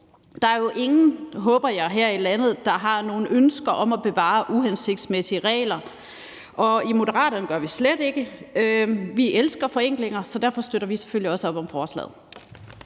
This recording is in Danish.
Der er jo ingen – det håber jeg – her i landet, der har nogen ønsker om at bevare uhensigtsmæssige regler, og i Moderaterne gør vi det slet ikke. Vi elsker forenklinger, så derfor støtter vi selvfølgelig også op om forslaget.